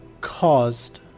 caused